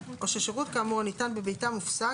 או ששירות כאמור הניתן בביתם הופסק,